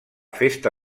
festa